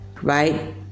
Right